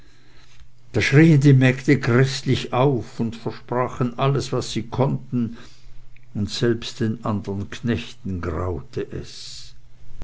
da schrien die mägde gräßlich auf und versprachen alles was sie konnten und selbst den andern knechten graute es